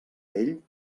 ell